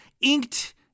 inked